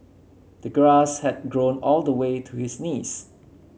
the grass had grown all the way to his knees